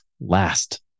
last